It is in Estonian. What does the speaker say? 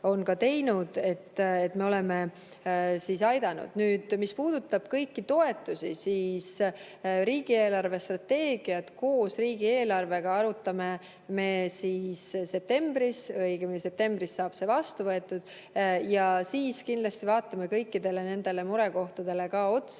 ka teinud, me oleme aidanud. Mis puudutab kõiki toetusi, siis riigi eelarvestrateegiat koos riigieelarvega arutame me septembris, õigemini saab septembris see vastu võetud, ja siis kindlasti vaatame kõikidele nendele murekohtadele ka otsa.